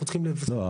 אנחנו צריכים --- לא,